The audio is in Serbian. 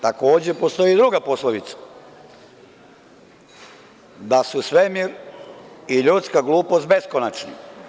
Takođe, postoji druga poslovica – Da su svemir i ljudska glupost beskonačni.